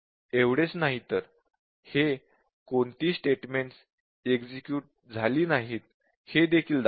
एवढेच नाही तर हे कोणती स्टेटमेंट्स एक्झिक्युट झाली नाहीत हे देखील दाखवते